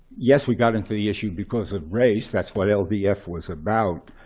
yes, we got into the issue because of race. that's what ldf was about.